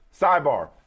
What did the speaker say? Sidebar